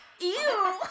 Ew